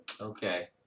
Okay